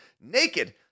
naked